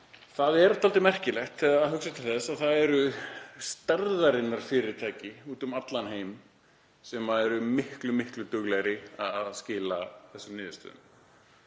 Það er dálítið merkilegt að hugsa til þess að það eru stærðarinnar fyrirtæki úti um allan heim sem eru miklu duglegri að skila þessum niðurstöðum,